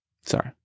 Sorry